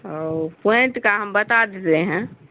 او point کا ہم بتا دیتے ہیں